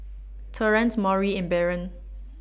Torrance Maury and Baron